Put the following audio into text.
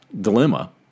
dilemma